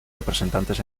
representantes